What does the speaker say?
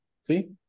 See